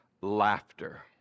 laughter